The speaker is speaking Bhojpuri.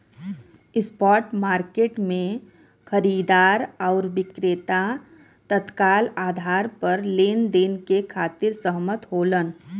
स्पॉट मार्केट में खरीदार आउर विक्रेता तत्काल आधार पर लेनदेन के खातिर सहमत होलन